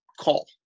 call